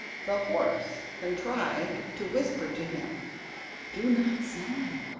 the horse contrived to whisper to him do not sell me,